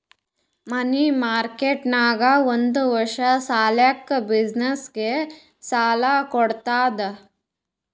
ಮನಿ market ನಾಗ್ ಒಂದ್ ವರ್ಷ ಸಲ್ಯಾಕ್ ಬಿಸಿನ್ನೆಸ್ಗ ಸಾಲಾ ಕೊಡ್ತುದ್